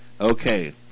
Okay